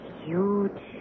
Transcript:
huge